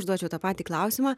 užduočiau tą patį klausimą